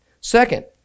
Second